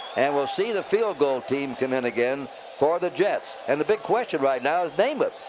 and we'll see the field-goal team come in again for the jets. and the big question right now is namath.